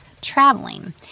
traveling